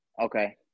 okay